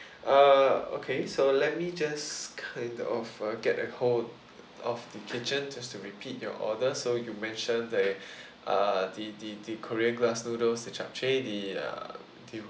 uh okay so let me just kind of uh get a hold of the kitchen just to repeat your order so you mention that uh the the the korean glass noodles the japchae the uh the